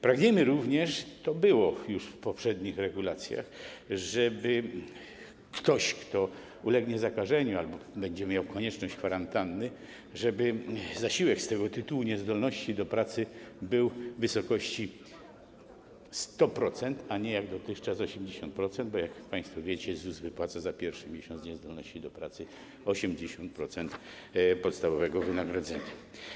Pragniemy również - to było już w poprzednich regulacjach - żeby jeżeli ktoś ulegnie zakażeniu albo będzie w jego przypadku konieczność kwarantanny, zasiłek z tego tytułu niezdolności do pracy był w wysokości 100%, a nie, jak dotychczas, 80%, bo jak państwo wiecie, ZUS wypłaca za pierwszy miesiąc niezdolności do pracy 80% podstawowego wynagrodzenia.